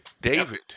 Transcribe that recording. David